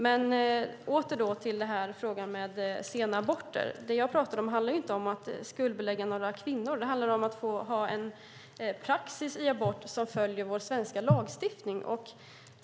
När det gäller frågan om sena aborter pratar jag inte om att skuldbelägga kvinnor. Det handlar om att ha en praxis för abort som följer vår svenska lagstiftning.